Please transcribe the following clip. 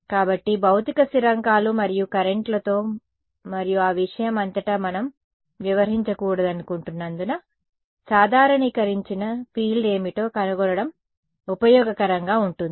కాబట్టి భౌతిక స్థిరాంకాలు మరియు కరెంట్లతో మరియు ఆ విషయం అంతటా మనం వ్యవహరించకూడదనుకుంటున్నందున సాధారణీకరించిన ఫీల్డ్ ఏమిటో కనుగొనడం ఉపయోగకరంగా ఉంటుంది